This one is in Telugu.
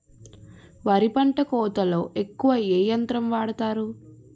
వరి పంట కోతలొ ఎక్కువ ఏ యంత్రం వాడతారు?